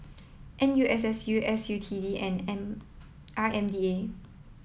N U S S U S U T E and N I M D A